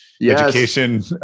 education